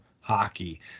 hockey